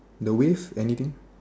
the width anything